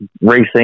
racing